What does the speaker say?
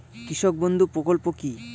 কৃষক বন্ধু প্রকল্প কি?